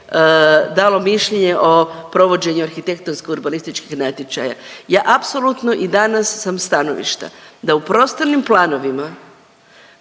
dalo mišljenje o provođenju arhitektonsko-urbanističkih natječaja, ja apsolutno sam i danas sam stanovišta da u prostornim planovima